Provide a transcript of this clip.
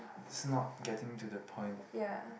is not getting to the point